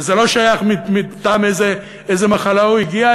וזה לא שייך מטעם איזו מחלה הוא הגיע,